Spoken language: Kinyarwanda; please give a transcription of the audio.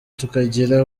tukagira